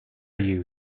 you